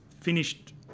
finished